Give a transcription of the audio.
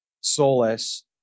solace